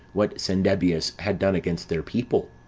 what cendebeus had done against their people.